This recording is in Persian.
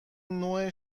نوع